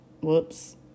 Whoops